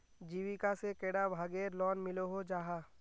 जीविका से कैडा भागेर लोन मिलोहो जाहा?